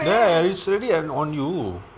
there it's already at on you